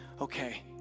okay